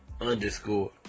underscore